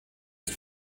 ist